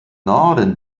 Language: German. norden